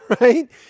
right